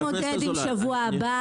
כדי להתמודד עם שבוע הבא,